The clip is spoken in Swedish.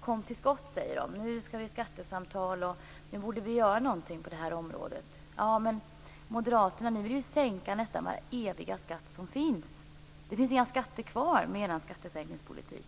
Kom till skott, säger de, så att vi kan ha samtal och göra någonting på det här området. Men moderaterna vill ju sänka nästan varenda skatt som finns. Det blir inga skatter kvar med moderaternas skattepolitik.